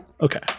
Okay